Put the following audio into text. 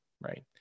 right